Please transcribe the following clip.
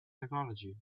technology